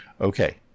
Okay